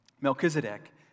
Melchizedek